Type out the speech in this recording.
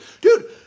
dude